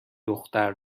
دختر